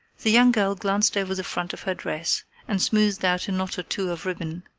the young girl glanced over the front of her dress and smoothed out a knot or two of ribbon.